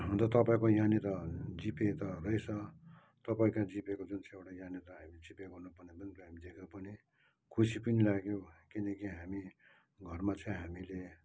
र तपाईँको यहाँनिर जिपे त रहेछ तपाईँको जिपेको जुन चाहिँ एउटा यहाँनिर हामी जिपे गर्नु पर्ने पनि हामी देख्यौँ पनि खुसी पनि लाग्यो किनकि हामी घरमा चाहिँ हामीले